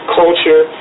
culture